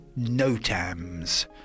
NOTAMs